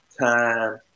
time